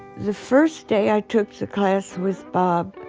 the first day, i took the class with bob,